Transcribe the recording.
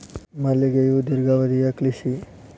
ಮಲ್ಲಿಗೆಯು ದೇರ್ಘಾವಧಿಯ ಕೃಷಿ